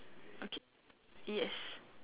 okay yes